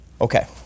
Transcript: Okay